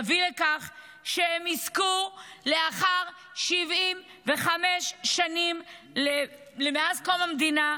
יביא לכך שהם יזכו לאחר 75 שנים, מאז קום המדינה,